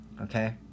Okay